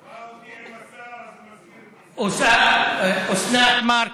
ראה אותי עם השר, אז הזכיר, אוסנת מארק,